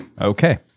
Okay